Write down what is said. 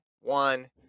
one